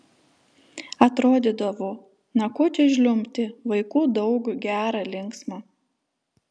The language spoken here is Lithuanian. atrodydavo na ko čia žliumbti vaikų daug gera linksma